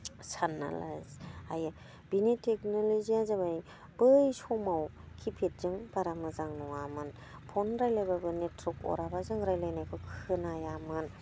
सानना लाजायो बेनि टेकनलजिया जाबाय बै समाव किपेडजों बारा मोजां नङामोन फ'न रायज्लायबाबो नेटवार्क अराबा जों रायज्लायनायखौ खोनायामोन